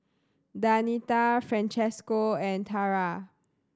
Danita Francesco and Tarah